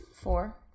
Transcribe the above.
four